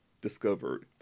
discovered